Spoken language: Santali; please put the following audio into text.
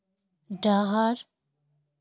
ᱰᱟᱦᱟᱨ